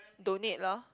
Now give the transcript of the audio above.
donate lor